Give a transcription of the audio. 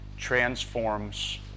Transforms